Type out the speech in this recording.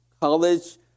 college